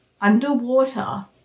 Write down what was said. underwater